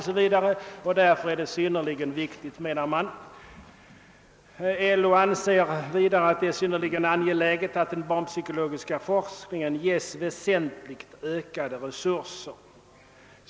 LO anser vidare att det är synnerligen angeläget att den barnpsykologiska forskningen ges väsentligt ökade resurser.